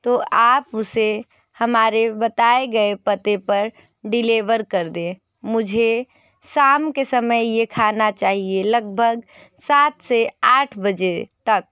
तो आप उसे हमारे बताए गए पते पर डिलेवर कर दें मुझे शाम के समय यह खाना चाहिए लगभग सात से आठ बजे तक